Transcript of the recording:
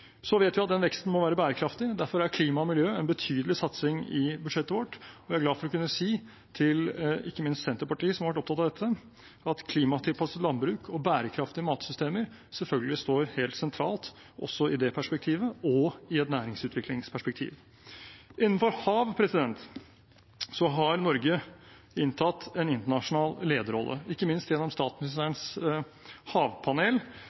Så vet vi at den veksten må være bærekraftig. Derfor er klima og miljø en betydelig satsing i budsjettet vårt. Vi er glad for å kunne si ikke minst til Senterpartiet, som har vært opptatt av dette, at klimatilpasset landbruk og bærekraftige matsystemer selvfølgelig står helt sentralt også i det perspektivet og i et næringsutviklingsperspektiv. Innenfor hav har Norge inntatt en internasjonal lederrolle, ikke minst gjennom statsministerens havpanel,